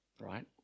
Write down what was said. Right